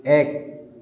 এক